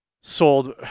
sold